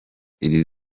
iri